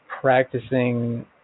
practicing